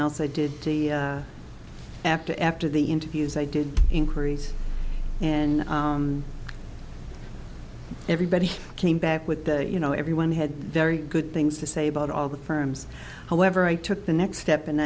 else i did after after the interviews i did increase and everybody came back with the you know everyone had very good things to say about all the firms however i took the next step and